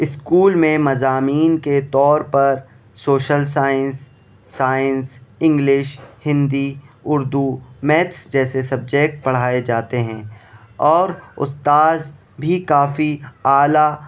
school میں مضامین کے طور پر social science science English Hindi Urdu maths جیسے سبجیکٹ پڑھائے جاتے ہیں اور استاد بھی کافی اعلیٰ